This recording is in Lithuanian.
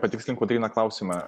patikslink kotryna klausimą